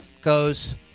goes